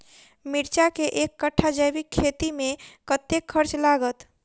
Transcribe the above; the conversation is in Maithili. मिर्चा केँ एक कट्ठा जैविक खेती मे कतेक खर्च लागत?